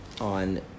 on